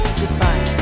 goodbye